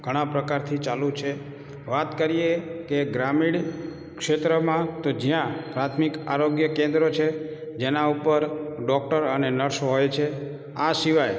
ઘણા પ્રકારથી ચાલુ છે વાત કરીએ કે ગ્રામીણ ક્ષેત્રમાં તો જ્યાં પ્રાથમિક આરોગ્ય કેન્દ્રો છે જેના ઉપર ડૉક્ટર અને નર્સ હોય છે આ સિવાય